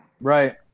Right